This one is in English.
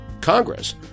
Congress